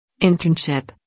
internship